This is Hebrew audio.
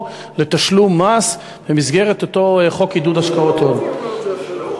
מתשלום מס במסגרת אותו חוק עידוד השקעות הון.